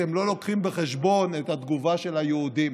אתם לא לוקחים בחשבון את התגובה של היהודים.